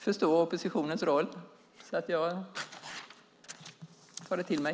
Herr talman! Jag förstår att det är oppositionens roll. Jag tar det till mig.